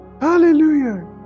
Hallelujah